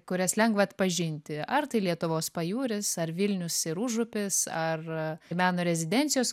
kurias lengva atpažinti ar tai lietuvos pajūris ar vilnius ir užupis ar meno rezidencijos